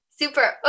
super